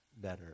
better